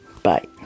Bye